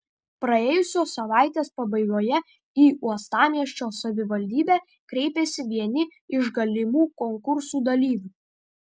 praėjusios savaitės pabaigoje į uostamiesčio savivaldybę kreipėsi vieni iš galimų konkursų dalyvių